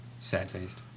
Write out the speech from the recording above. sad-faced